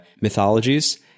mythologies